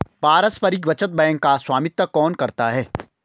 पारस्परिक बचत बैंक का स्वामित्व कौन करता है?